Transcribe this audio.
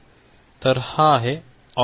तर हा आहे ऑप अँप